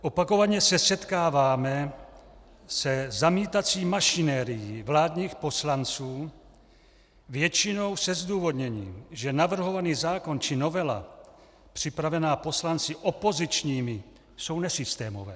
Opakovaně se setkáváme se zamítací mašinérií vládních poslanců většinou se zdůvodněním, že navrhovaný zákon či novela připravená poslanci opozičními jsou nesystémové.